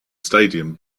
stadium